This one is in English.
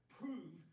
prove